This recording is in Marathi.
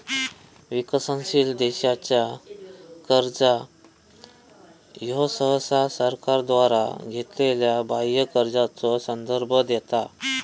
विकसनशील देशांचा कर्जा ह्यो सहसा सरकारद्वारा घेतलेल्यो बाह्य कर्जाचो संदर्भ देता